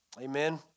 Amen